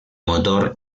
motor